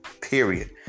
Period